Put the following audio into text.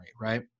Right